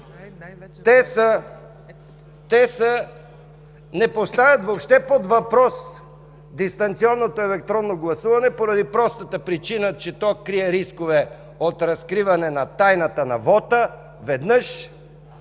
много още, не поставят въобще под въпрос дистанционното електронно гласуване поради простата причина, че то крие рискове от разкриване на тайната на вота – веднъж,